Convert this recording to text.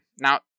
Now